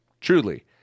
Truly